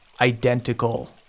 identical